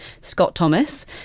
Scott-Thomas